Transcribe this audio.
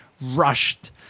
rushed